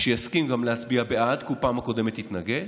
שיסכים גם להצביע בעד, כי בפעם הקודמת הוא התנגד.